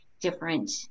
different